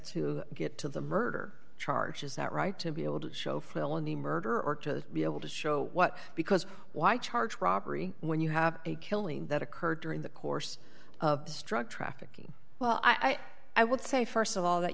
to get to the murder charge is that right to be able to show felony murder or to be able to show what because why charge robbery when you have a killing that occurred during the course of this drug trafficking well i i would say st of all that